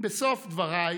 בסוף דבריי